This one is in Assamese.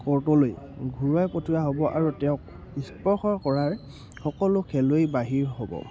কৰ্টলৈ ঘূৰাই পঠিওৱা হ'ব আৰু তেওঁক স্পৰ্শ কৰাৰ সকলো খেলুৱৈ বাহিৰ হ'ব